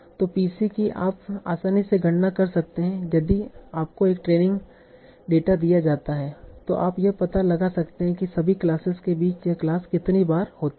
तो P c की आप आसानी से गणना कर सकते हैं यदि आपको एक ट्रेनिंग डेटा दिया जाता है तो आप यह पता लगा सकते हैं कि सभी क्लासेस के बीच यह क्लास कितनी बार होती है